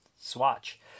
Swatch